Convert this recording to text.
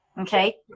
okay